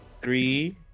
three